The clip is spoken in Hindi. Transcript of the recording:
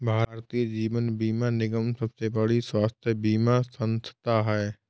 भारतीय जीवन बीमा निगम सबसे बड़ी स्वास्थ्य बीमा संथा है